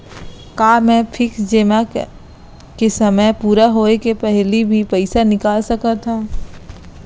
का मैं फिक्स जेमा के समय पूरा होय के पहिली भी पइसा निकाल सकथव?